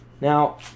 Now